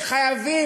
שחייבים,